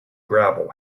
gravel